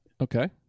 Okay